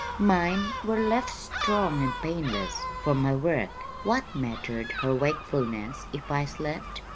mine were left strong and painless for my work. what mattered her wakefulness if i slept?